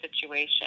situation